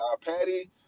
patty